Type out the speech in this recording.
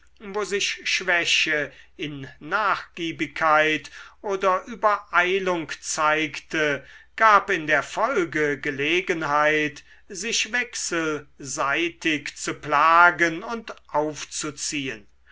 wo sich schwäche in nachgiebigkeit oder übereilung zeigte gab in der folge gelegenheit sich wechselseitig zu plagen und aufzuziehen